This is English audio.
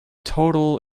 total